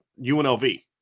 UNLV